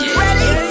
ready